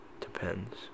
Depends